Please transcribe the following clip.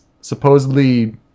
supposedly